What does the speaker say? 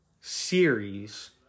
series